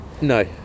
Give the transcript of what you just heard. No